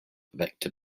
vector